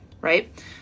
right